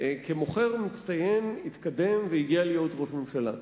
כמוכר מצטיין התקדם והגיע להיות ראש ממשלה.